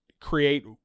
create